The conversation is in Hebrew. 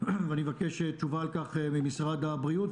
ואני מבקש תשובה על כך ממשרד הבריאות,